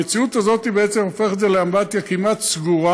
המציאות הזאת בעצם הופכת אותו לאמבטיה כמעט סגורה,